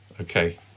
Okay